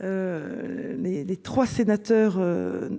Les les 3 sénateurs.